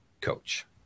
coach